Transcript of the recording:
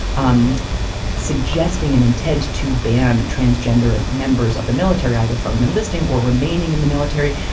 um suggesting an intent to ban and transgender members of the military either from enlisting or remaining in the military.